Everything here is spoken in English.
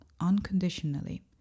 unconditionally